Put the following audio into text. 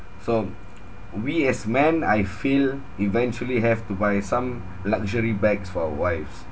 so we as men I feel eventually have to buy some luxury bags for our wives